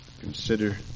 consider